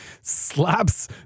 slaps